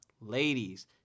Ladies